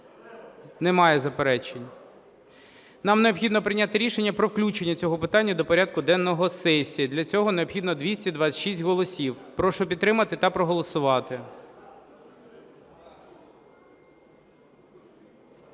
Немає заперечень. Нам необхідно прийняти рішення про включення цього питання до порядку денного сесії, для цього необхідно 226 голосів. Прошу підтримати та проголосувати.